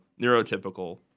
neurotypical